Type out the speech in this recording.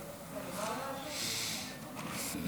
נתקבל.